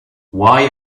why